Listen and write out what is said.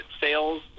sales